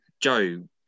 Joe